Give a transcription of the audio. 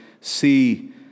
see